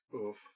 Oof